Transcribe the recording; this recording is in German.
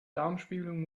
darmspiegelung